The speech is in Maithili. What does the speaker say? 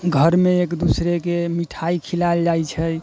घरमे एक दूसरेके मिठाइ खिलैल जाइ छै